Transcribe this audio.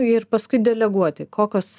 ir paskui deleguoti kokios